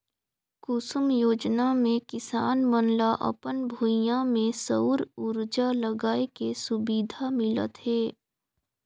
कुसुम योजना मे किसान मन ल अपन भूइयां में सउर उरजा लगाए के सुबिधा मिलत हे